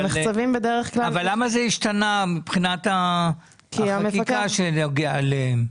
המחצבים בדרך כלל --- אבל למה זה השתנה מבחינת החקיקה שנוגעת להם?